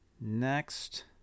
Next